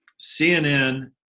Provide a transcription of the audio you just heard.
cnn